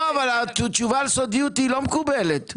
התשובה על סודיות לא מקובלת.